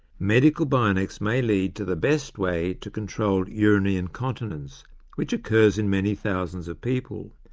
medical bionics may lead to the best way to control urinary incontinence which occurs in many thousands of people.